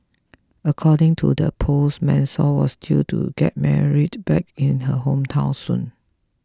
according to the post Marisol was due to get married back in her hometown soon